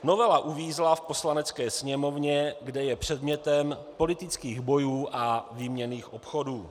Novela uvízla v Poslanecké sněmovně, kde je předmětem politických bojů a výměnných obchodů.